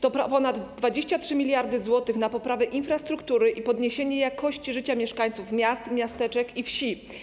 To ponad 23 mld zł na poprawę infrastruktury i podniesienie jakości życia mieszkańców miast, miasteczek i wsi.